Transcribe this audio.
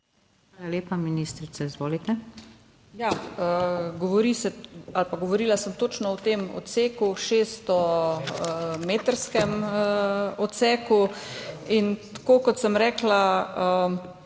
Hvala lepa. Ministrica, izvolite,